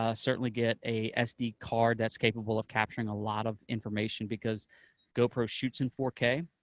ah certainly get a sd card that's capable of capturing a lot of information, because gopro shoots in four k,